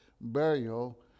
burial